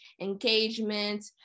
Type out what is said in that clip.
engagement